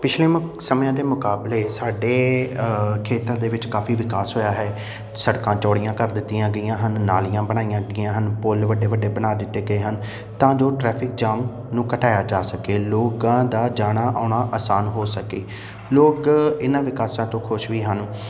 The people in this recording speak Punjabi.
ਪਿਛਲੇ ਮ ਸਮਿਆਂ ਦੇ ਮੁਕਾਬਲੇ ਸਾਡੇ ਖੇਤਰ ਦੇ ਵਿੱਚ ਕਾਫ਼ੀ ਵਿਕਾਸ ਹੋਇਆ ਹੈ ਸੜਕਾਂ ਚੌੜੀਆਂ ਕਰ ਦਿੱਤੀਆਂ ਗਈਆਂ ਹਨ ਨਾਲੀਆਂ ਬਣਾਈਆਂ ਗਈਆਂ ਹਨ ਪੁੱਲ ਵੱਡੇ ਵੱਡੇ ਬਣਾ ਦਿੱਤੇ ਗਏ ਹਨ ਤਾਂ ਜੋ ਟਰੈਫਿਕ ਜਾਮ ਨੂੰ ਘਟਾਇਆ ਜਾ ਸਕੇ ਲੋਕਾਂ ਦਾ ਜਾਣਾ ਆਉਣਾ ਆਸਾਨ ਹੋ ਸਕੇ ਲੋਕ ਇਹਨਾਂ ਵਿਕਾਸਾਂ ਤੋਂ ਖੁਸ਼ ਵੀ ਹਨ